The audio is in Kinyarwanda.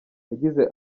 yagize